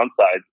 downsides